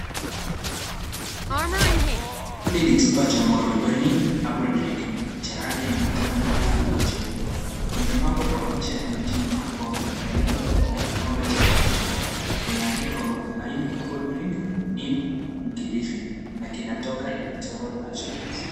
Hili ni chupa cha mwarubaini herbal drink cha rangi ya manjano na kifuniko cheupe. Kimepambwa kwa picha ya miti mkubwa wa mwarubaini na kikombe chenye mvuke. Kimeandikwa marubaini herbal drink, neem mkilifi, na kinatoka epiteural naturals .